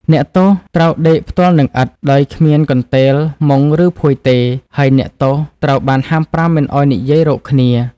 អ្នកទោសត្រូវដេកផ្ទាល់នឹងឥដ្ឋ ដោយគ្មានកន្ទេល មុង ឬភួយទេ ហើយអ្នកទោសត្រូវបានហាមប្រាមមិនឱ្យនិយាយ រកគ្នា ។